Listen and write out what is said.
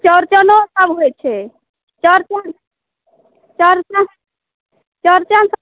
चौड़चनोसभ होइत छै चौड़चन चौड़चन चौड़चन